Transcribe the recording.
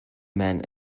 man